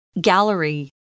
Gallery